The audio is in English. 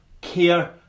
care